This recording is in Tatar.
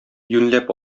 юньләп